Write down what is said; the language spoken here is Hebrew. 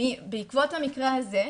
בעקבות המקרה הזה,